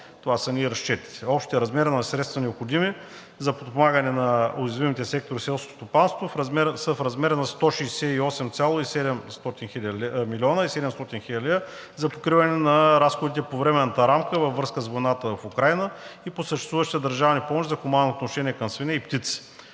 Това са ни и разчетите. Общият размер на средствата, необходими за подпомагане на уязвимите сектори в селското стопанство, са в размер на 168 млн. 700 хил. лв. за покриване на разходите по временната рамка във връзка с войната в Украйна и по съществуващите държавни помощи за хуманно отношение към свине и птици.